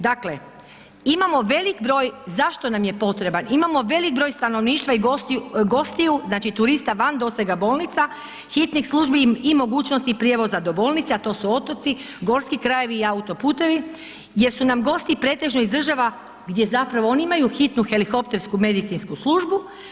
Dakle, imamo veliki broj, zašto nam je potreban, imamo velik broj stanovništva i gostiju znači turista van dosega bolnica, hitnih službi i mogućnosti prijevoza do bolnice a to su otoci, gorski krajevi i autoputevi jer su nam gosti pretežno iz država gdje zapravo oni imaju hitnu helikoptersku medicinsku službu.